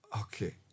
Okay